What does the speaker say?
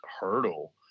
hurdle